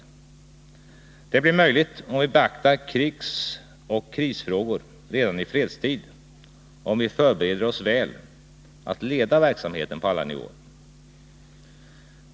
Detta blir möjligt, om vi beaktar krigsoch krisfrågor redan i fredstid och om vi förbereder oss väl att leda verksamheten på alla nivåer.